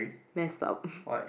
messed up